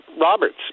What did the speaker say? Roberts